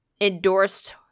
endorsed